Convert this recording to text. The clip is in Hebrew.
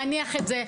להניח את זה,